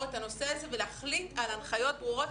את הנושא הזה ולהחליט על הנחיות ברורות.